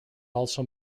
also